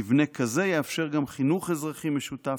מבנה כזה יאפשר גם חינוך אזרחי משותף,